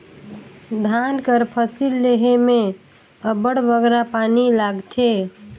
धान कर फसिल लेहे में अब्बड़ बगरा पानी लागथे